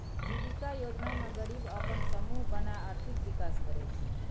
जीबिका योजना मे गरीब अपन समुह बनाए आर्थिक विकास करय छै